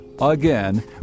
Again